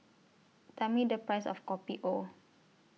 Tell Me The Price of Kopi O